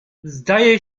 zdaje